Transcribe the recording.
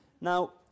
Now